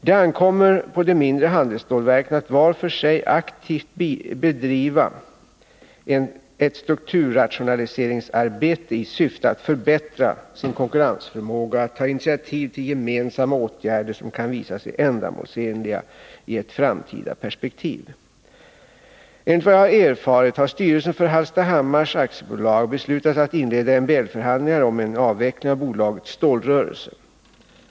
Det ankommer på de mindre handelsstålverken att var för sig aktivt bedriva ett strukturrationaliseringsarbete i syfte att förbättra sin konkurrensförmåga och att ta initiativ till gemensamma åtgärder som kan visa sig ändamålsenliga i ett framtida perspektiv. Enligt vad jag har erfarit har styrelsen för Hallstahammars AB beslutat att inleda MBL-förhandlingar om en avveckling av bolagets stålrörelse.